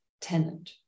tenant